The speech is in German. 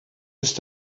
ist